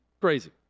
Crazy